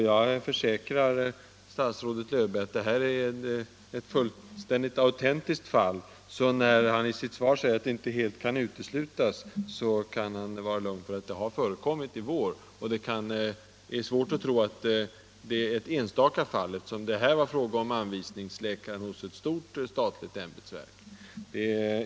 Jag försäkrar statsrådet Löfberg att det är fråga om ett verkligt fall. Med anledning av statsrådets formulering att ”det inte helt kan uteslutas att formulär av äldre modell kan finnas kvar” vill jag säga, att han lugnt kan utgå från att det har förekommit denna vår. Det är svårt att tro att det var fråga om ett enstaka fall eftersom den som ställde frågorna var anvisningsläkaren vid ett stort statligt ämbetsverk.